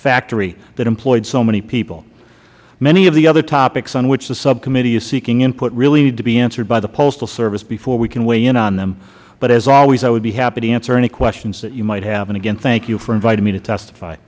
factory that employed so many people many of the other topics on which the subcommittee is seeking input really need to be answered by the postal service before we can weigh in on them but as always i would be happy to answer any questions that you might have and again thank you for inviting me to testify